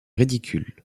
ridicule